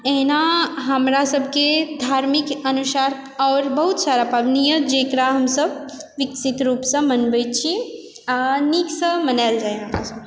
अहिना हमरा सबके धार्मिक अनुसार आओर बहुत सारा पाबनि यऽ जकरा हमसब विकसित रूपसँ मनबय छी आओर नीकसँ मनायल जाइ यऽ